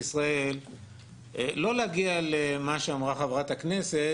ישראל לא להגיע למה שאמרה חברת הכנסת,